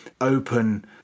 Open